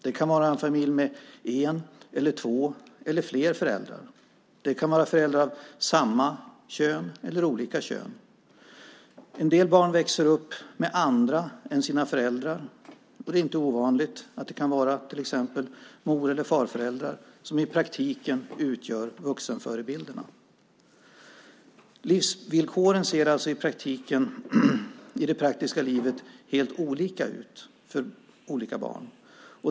Det kan vara familjer med en, två eller flera föräldrar. Det kan vara föräldrar av samma eller olika kön. En del barn växer upp med andra än sina föräldrar. Det är inte ovanligt att det är mor eller farföräldrar som i praktiken utgör vuxenförebilderna. Livsvillkoren ser alltså i det praktiska livet helt olika ut för olika barn.